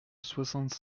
soixante